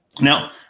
Now